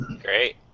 great